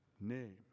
name